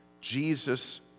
Jesus